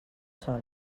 sol